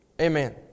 Amen